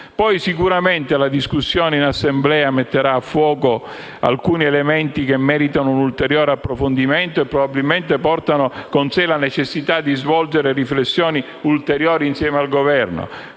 Poi sicuramente la discussione in Assemblea metterà a fuoco alcuni elementi che meritano un ulteriore approfondimento e probabilmente portano con sé la necessità di svolgere riflessioni ulteriori, insieme al Governo.